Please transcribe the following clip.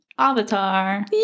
avatar